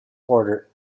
order